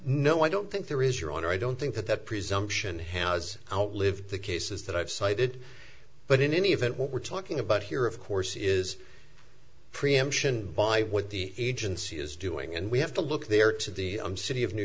no i don't think there is your honor i don't think that that presumption has outlived the cases that i've cited but in any event what we're talking about here of course is preemption by what the agency is doing and we have to look there to the city of new